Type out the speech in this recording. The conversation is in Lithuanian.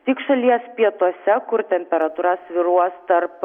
tik šalies pietuose kur temperatūra svyruos tarp